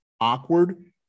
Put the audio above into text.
awkward